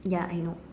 ya I know